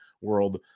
world